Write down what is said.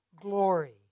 glory